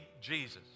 Jesus